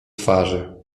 twarzy